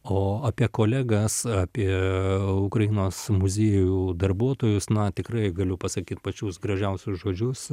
o apie kolegas apie ukrainos muziejų darbuotojus na tikrai galiu pasakyt pačius gražiausius žodžius